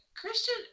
Christian